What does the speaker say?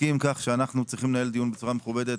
מסכים עם כך שאנחנו צריכים לנהל דיון בצורה מכובדת.